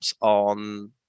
on